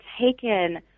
taken